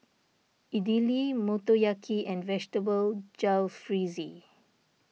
Idili Motoyaki and Vegetable Jalfrezi